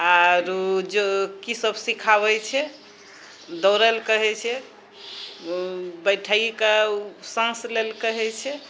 आरू जो की सब सिखाबै छै दौड़ेलए कहै छै बैठके साँस लए ला कहै छै